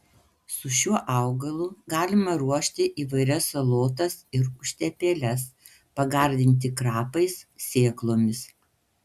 su šiuo augalu galima ruošti įvairias salotas ir užtepėles pagardinti krapais sėklomis